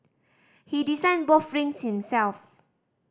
he designed both rings himself